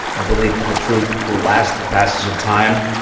a belief that the truth will last the passage of time.